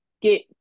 get